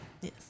Yes